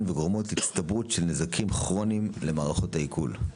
וגורמות להצטברות של נזקים כרוניים למערכת העיכול.